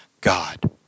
God